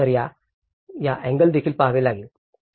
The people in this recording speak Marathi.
तर या अँगल देखील पहावे लागेल